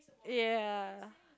ya